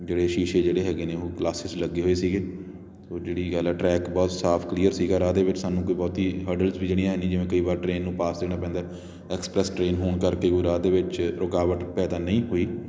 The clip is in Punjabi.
ਜਿਹੜੇ ਸ਼ੀਸ਼ੇ ਜਿਹੜੇ ਹੈਗੇ ਨੇ ਉਹ ਗਲਾਸਿਸ ਲੱਗੇ ਹੋਏ ਸੀਗੇ ਉਹ ਜਿਹੜੀ ਗੱਲ ਆ ਟਰੈਕ ਬਹੁਤ ਸਾਫ਼ ਕਲੀਅਰ ਸੀਗਾ ਰਾਹ ਦੇ ਵਿੱਚ ਸਾਨੂੰ ਕੋਈ ਬਹੁਤੀ ਹਰਡਸਲ ਵੀ ਜਿਹੜੀਆਂ ਹੈ ਨਹੀਂ ਜਿਵੇਂ ਕਈ ਵਾਰ ਟ੍ਰੇਨ ਨੂੰ ਪਾਸ ਦੇਣਾ ਪੈਂਦਾ ਐਕਸਪ੍ਰੈਸ ਟ੍ਰੇਨ ਹੋਣ ਕਰਕੇ ਕੋਈ ਰਾਹ ਦੇ ਵਿੱਚ ਰੁਕਾਵਟ ਪੈਦਾ ਨਹੀਂ ਹੋਈ